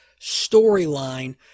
storyline